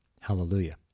Hallelujah